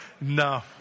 no